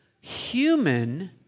human